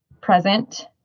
present